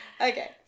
Okay